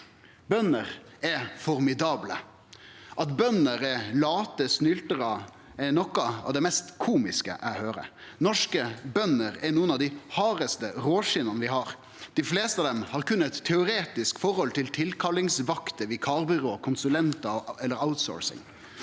Bønder er formidable. At bønder er late snyltarar, er noko av det mest komiske eg høyrer. Norske bønder er nokon av dei hardaste råskinna vi har. Dei fleste av dei har berre eit teoretisk forhold til tilkallingsvakter, vikarbyrå, konsulentar og outsourcing.